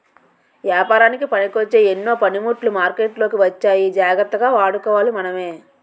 ఏపారానికి పనికొచ్చే ఎన్నో పనిముట్లు మార్కెట్లోకి వచ్చాయి జాగ్రత్తగా వాడుకోవాలి మనమే